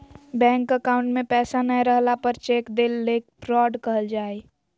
bank account में पैसा नय रहला पर चेक देल चेक फ्रॉड कहल जा हइ